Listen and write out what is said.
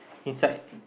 inside